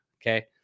Okay